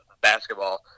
basketball